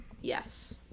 yes